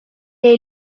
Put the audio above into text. est